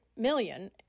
million